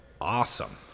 Awesome